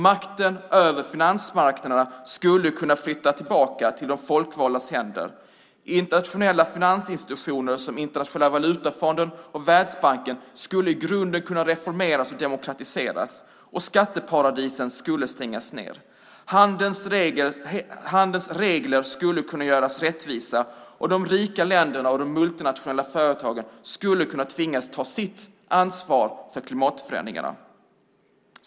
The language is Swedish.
Makten över finansmarknaderna skulle kunna flytta tillbaka till de folkvaldas händer. Internationella finansinstitutioner som Internationella valutafonden och Världsbanken skulle i grunden kunna reformeras och demokratiseras. Skatteparadisen skulle kunna stängas ned. Handelns regler skulle kunna göras rättvisa, och de rika länderna och de multinationella företagen skulle kunna tvingas ta sitt ansvar för klimatförändringarna.